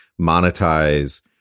monetize